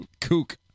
Kook